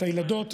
את הילדות,